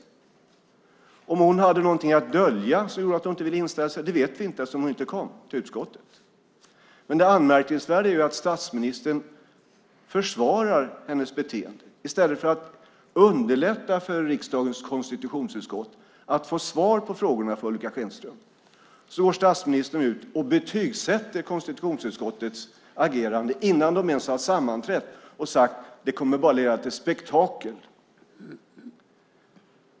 Vi vet inte om hon hade någonting att dölja som gjorde att hon inte ville inställa sig eftersom hon inte kom till utskottet. Det anmärkningsvärda är att statsministern försvarar hennes beteende. I stället för att underlätta för riksdagens konstitutionsutskott att få svar på frågorna från Ulrica Schenström går statsministern ut och betygsätter konstitutionsutskottets agerande innan utskottet ens har sammanträtt och sagt att det bara kommer att leda till spektakel.